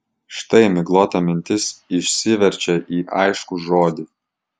štai miglota mintis išsiverčia į aiškų žodį